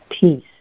peace